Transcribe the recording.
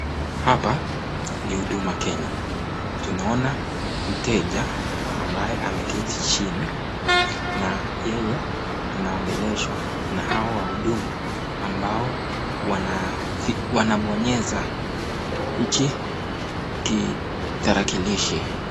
Hapa ni Huduma Kenya tunaona mteja ambaye ameketi chini na yeye anaongeleshwa na hawa wahudumu ambao wanabonyeza hichi kitarakilishi.